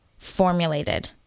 formulated